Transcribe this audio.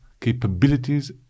capabilities